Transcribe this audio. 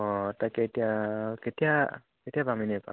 অঁ তাকে এতিয়া কেতিয়া কেতিয়া পাম এনে